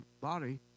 body